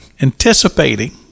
anticipating